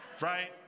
Right